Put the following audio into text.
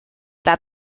that